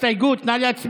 הסתייגות מס' 9, נא להצביע.